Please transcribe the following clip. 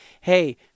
hey